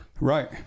right